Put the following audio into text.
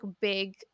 big